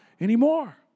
anymore